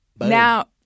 Now